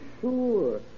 sure